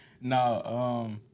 No